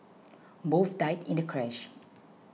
both died in the crash